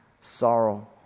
sorrow